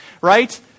right